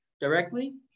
directly